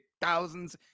thousands